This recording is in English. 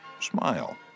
smile